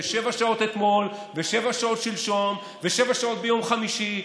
שבע שעות אתמול ושבע שעות שלשום ושבע שעות ביום חמישי,